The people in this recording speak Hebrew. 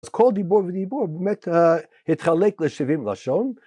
‫אז כל דיבור ודיבור ‫באמת התחלק לשבעים לשון.